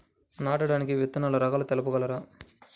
నాటడానికి విత్తన రకాలు తెలుపగలరు?